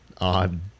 odd